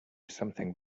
something